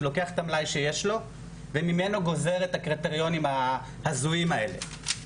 זה לוקח את המלאי שיש לו וממנו גוזר את הקריטריונים ההזויים האלה.